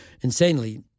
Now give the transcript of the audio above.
insanely